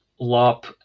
Lop